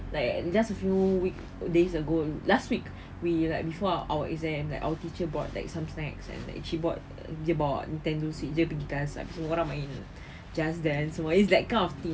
like just a few week days ago last week we like before our exam like our teacher brought like some snacks and she brought she bawa nintendo switch jer pergi class ah semua orang main just dance is like that kind of thing